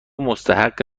مستحق